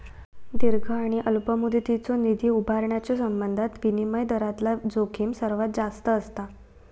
दीर्घ आणि अल्प मुदतीचो निधी उभारण्याच्यो संबंधात विनिमय दरातला जोखीम सर्वात जास्त असता